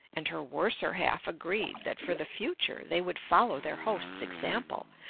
and her worser half agreed that for the future they would follow their host's example,